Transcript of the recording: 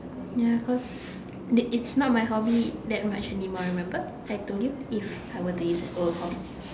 ya cause they it's not my hobby that much anymore remember I told you if I were to use an old hobby